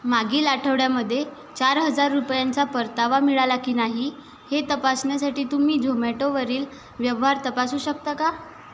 मागील आठवड्यामध्ये चार हजार रुपयांचा परतावा मिळाला की नाही हे तपासण्यासाठी तुम्ही झोमॅटोवरील व्यवहार तपासू शकता का